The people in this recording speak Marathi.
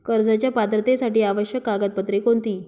कर्जाच्या पात्रतेसाठी आवश्यक कागदपत्रे कोणती?